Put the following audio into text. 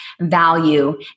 value